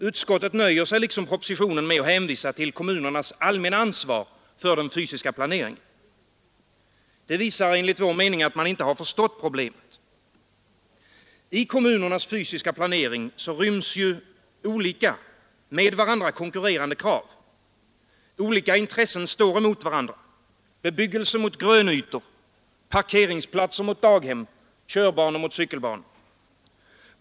Utskottet nöjer sig liksom propositionen med att hänvisa till kommunernas allmänna ansvar för den fysiska planeringen. Det visar enligt vår mening att man inte har förstått problemet. I kommunernas fysiska planering ryms ju olika med varandra konkurrerande krav. Olika intressen står emot varandra: bebyggelse mot grönytor, parkeringsplatser mot daghem, körbanor mot cykelbanor.